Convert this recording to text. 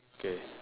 okay